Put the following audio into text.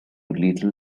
lethal